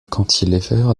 cantilever